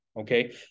Okay